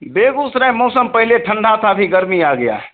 बेगूसराय मौसम पहले ठंडा था अभी गर्मी आ गई है